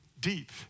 deep